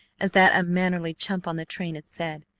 as that unmannerly chump on the train had said.